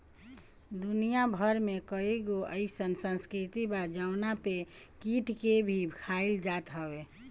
दुनिया भर में कईगो अइसन संस्कृति बा जहंवा पे कीट के भी खाइल जात हवे